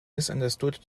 misunderstood